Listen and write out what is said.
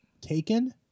taken